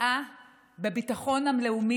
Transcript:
היא